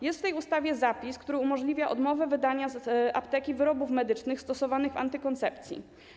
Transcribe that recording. Jest w tej ustawie zapis, który umożliwia odmowę wydania z apteki wyrobów medycznych stosowanych w antykoncepcji.